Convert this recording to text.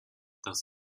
das